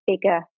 bigger